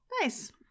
nice